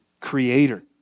creator